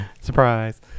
Surprise